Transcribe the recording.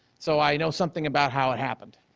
so i know something about how it happened.